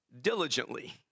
diligently